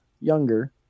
younger